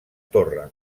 torre